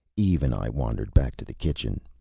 eve and i wandered back to the kitchen.